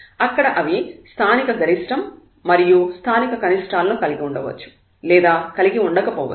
అక్కడ అవి స్థానిక గరిష్ట మరియు స్థానిక కనిష్టాల ను కలిగి ఉండవచ్చు లేదా కలిగి ఉండకపోవచ్చు